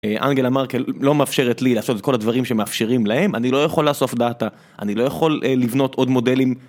אנגלה מרקל לא מאפשרת לי לעשות את כל הדברים שמאפשרים להם, אני לא יכול לאסוף דאטה, אני לא יכול לבנות עוד מודלים.